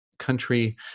country